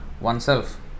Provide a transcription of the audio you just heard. oneself